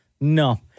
No